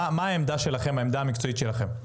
מה העמדה המקצועית שלכם?